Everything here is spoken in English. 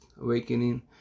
awakening